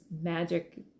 magic